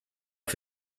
für